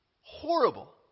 horrible